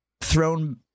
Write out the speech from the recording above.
thrown